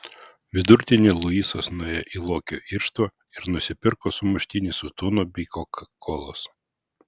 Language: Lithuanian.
vidurdienį luisas nuėjo į lokio irštvą ir nusipirko sumuštinį su tunu bei kokakolos